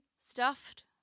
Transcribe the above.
Stuffed